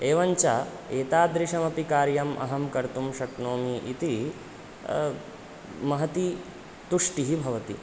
एवं च एतादृशमपि कार्यम् अहं कर्तुं शक्नोमि इति महती तुष्टिः भवति